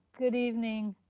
good evening,